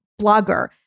blogger